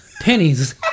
pennies